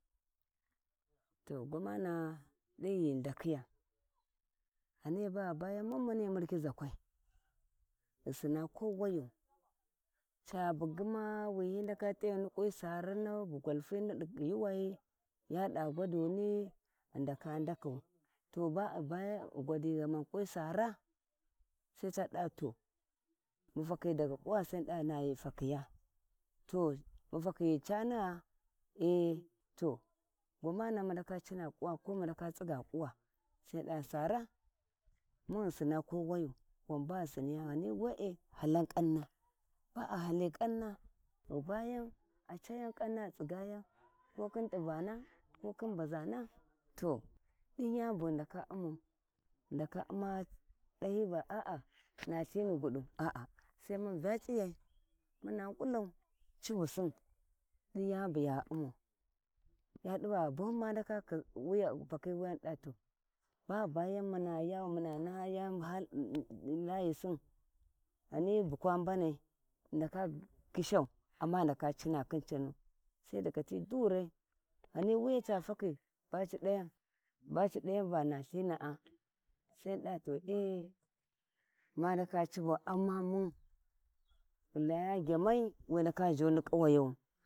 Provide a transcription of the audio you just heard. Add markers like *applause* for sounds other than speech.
To gwamana’a din ghighu ndakuya ghani baghi bayan ghani baghu bayan mun muni murkiʒakwai ghi Sinna kowayu ca bugi ma wi hi ndaka t'ayuni ƙwi saari ni bu gwalti nidi yuuwai yada gwadumi ghi ndaka ndakau, to baghu bayan ghi gwada ghamai kwi saara to sai ca dava to mu fakakhi daga ƙuwa sai mun dava na ghighu takhuya to mu fakhi ghi canigha ee to gwamana'a mu ndaka cina ƙuwa ko mu ndaka tsigga kuwa mun dava sara mun ghi sinna kowayu hahi ƙanna ghi baya a cayan ƙanna ghi tsiggayan ko khin t'ivan kothin baʒana to din yani bu ghi ndaka amau ghi ndaka una dahyi Va aa nalhinu gudu aa sai mun Vya C'iyan muna ngula civusin khin yani bu ya umau ya dan va buhin ma ndaka *unintelligible* ma ndaka pakhi wuya mun dava to baghi bayan mun yawau muna naha *unintelligible* layisin ghawi hi bukwa mbanai ghi ndaka gyishau amma ghi ndaka cina khin canu sai daga ti durai ghan waya ca fakhi baci dayan Va nalhinaa sai mun dava to ee to amma mum ghi laya gyamai wi ndaka zhuni ƙuwayawu.